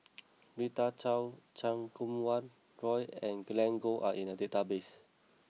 Rita Chao Chan Kum Wah Roy and Glen Goei are in the database